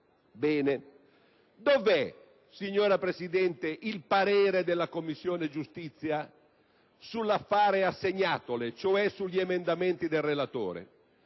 Orbene, dov'è, signora Presidente, il parere della Commissione giustizia sull'affare assegnatole, cioè sugli emendamenti del relatore?